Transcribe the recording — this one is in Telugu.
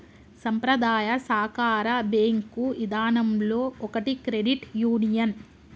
సంప్రదాయ సాకార బేంకు ఇదానంలో ఒకటి క్రెడిట్ యూనియన్